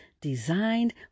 designed